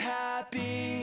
happy